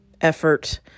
effort